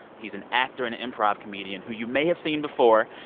he's an actor and improv comedian who you may have seen before.